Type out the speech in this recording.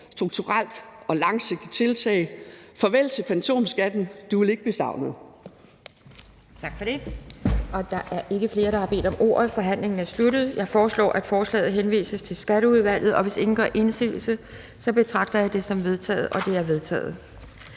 strukturelt og langsigtet tiltag. Farvel til fantomskatten, du vil ikke blive savnet!